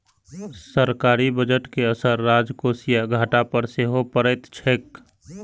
सरकारी बजट के असर राजकोषीय घाटा पर सेहो पड़ैत छैक